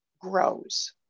grows